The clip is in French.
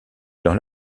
dans